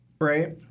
right